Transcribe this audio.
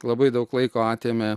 labai daug laiko atėmė